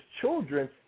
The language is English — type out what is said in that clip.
children